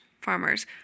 farmers